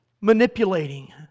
manipulating